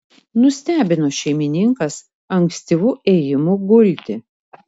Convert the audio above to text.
nustebino šeimininkas ankstyvu ėjimu gulti